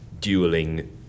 dueling